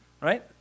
right